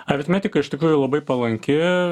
aritmetika iš tikrųjų labai palanki